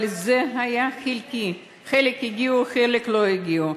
אבל זה היה חלקי, חלק הגיעו וחלק לא הגיעו.